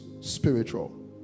spiritual